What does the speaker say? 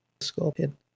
scorpion